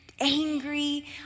angry